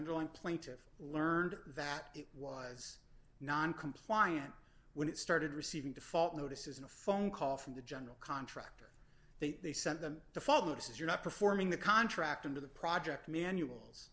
underlying plaintive learned that it was noncompliant when it started receiving default notices in a phone call from the general contractor that they sent them to follow mr not performing the contract into the project manuals